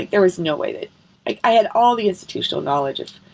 there was no way that i had all the institutional knowledge of